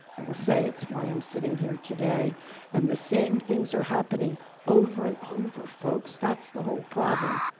i will say it's why i'm sitting here today and the same things are happening over and over folks. that's the whole problem.